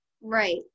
Right